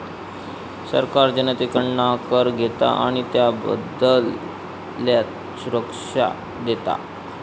सरकार जनतेकडना कर घेता आणि त्याबदल्यात सुरक्षा देता